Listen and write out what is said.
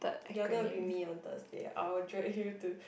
you're gonna be me on Thursday I'll drag you to